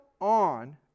on